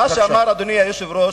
אדוני היושב-ראש,